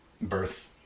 birth